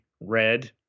red